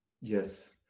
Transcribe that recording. Yes